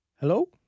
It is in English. Hello